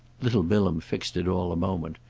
little bilham fixed it all a moment,